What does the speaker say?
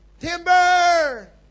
timber